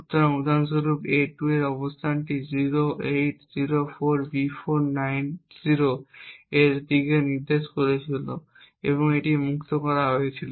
সুতরাং উদাহরণস্বরূপ a2 এই অবস্থানটি 0804B490 এর দিকে নির্দেশ করছিল এবং এটি মুক্ত করা হয়েছিল